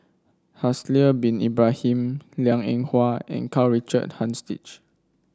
Haslir Bin Ibrahim Liang Eng Hwa and Karl Richard Hanitsch